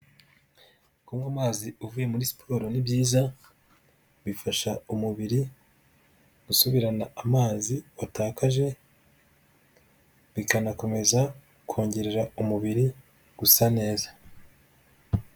Kunywa amazi uvuye muri siporo ni byiza, bifasha umubiri gusubirana amazi watakaje, bikanakomeza kongerera umubiri gusa neza.